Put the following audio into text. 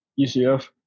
UCF